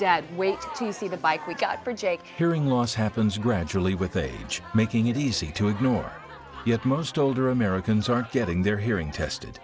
dad wait to see the bike we got for jake hearing loss happens gradually with age making it easy to ignore yet most older americans aren't getting their hearing tested